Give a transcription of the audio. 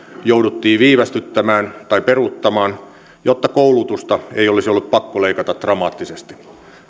jouduttiin viivästyttämään tai peruuttamaan jotta koulutusta ei olisi ollut pakko leikata dramaattisesti